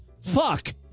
fuck